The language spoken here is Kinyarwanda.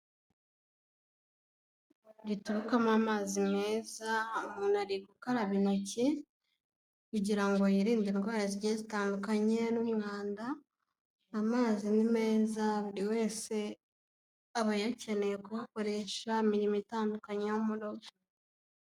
Riturukamo amazi meza umuntu ari gukaraba intoki kugira ngo yirinde indwara zigiye zitandukanye n'umwanda, amazi ni meza buri wese aba ayakeneye kuyakoresha imirimo itandukanye yo murogo.